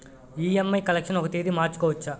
EMI collection ఒక తేదీ మార్చుకోవచ్చా?